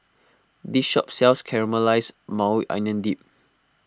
this shop sells Caramelized Maui Onion Dip